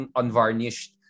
unvarnished